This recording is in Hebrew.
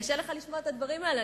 קשה לך לשמוע את הדברים האלה,